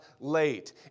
late